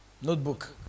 Notebook